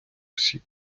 осіб